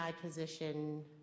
position